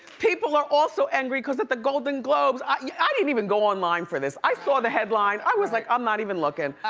people are also angry cause at the golden globes, i yeah didn't even go online for this. i saw the headline, i was like, i'm not even looking.